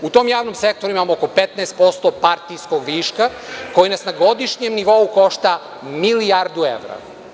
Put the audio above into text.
U tom javnom sektoru imamo oko 15% partijskog viška koji nas na godišnjem nivou košta milijardu evra.